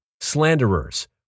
slanderers